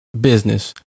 business